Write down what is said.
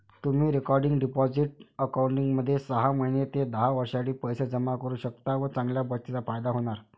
तुम्ही recurring deposit अकाउंटमध्ये सहा महिने ते दहा वर्षांसाठी पैसे जमा करू शकता व चांगल्या बचतीचा फायदा होणार